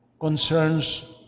concerns